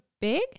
big